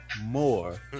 more